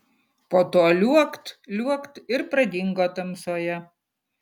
po to liuokt liuokt ir pradingo tamsoje